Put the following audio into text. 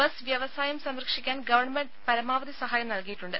bus വ്യവസായം സംരക്ഷിക്കാൻ government പരമാവധി സഹായം നൽകിയിട്ടുണ്ട്